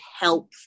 help